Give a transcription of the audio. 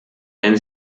wenn